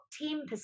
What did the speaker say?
team